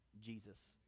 Jesus